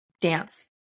dance